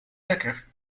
lekker